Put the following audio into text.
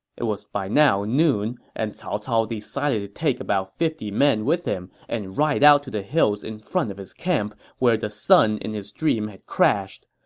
it was by now noon, and cao cao decided to take about fifty men with him and ride out to the hills in front of his camp where the sun in his dream had crashed.